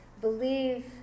believe